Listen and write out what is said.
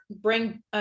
bring